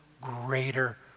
greater